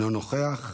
אינו נוכח.